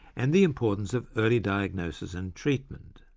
and the importance of early diagnosis and treatment.